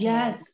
Yes